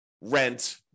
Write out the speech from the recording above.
rent